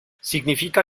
significa